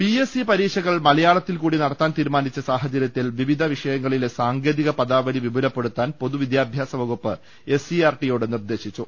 P S C പരീക്ഷകൾ മലയാളത്തിൽകൂടി നടത്താൻ തീരുമാനിച്ച സാഹചര്യത്തിൽ വിവിധ വിഷയങ്ങളിലെ സാങ്കേതിക പദാവലി വിപുലപ്പെടുത്താൻ പൊതു വിദ്യാ ഭ്യാസ വകുപ്പ് S C E R T യോട് നിർദ്ദേശിച്ചു